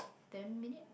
ten minute